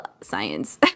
science